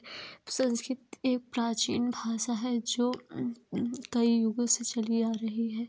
संस्कृत एक प्राचीन भाषा है जो कई युगों से चली आ रही है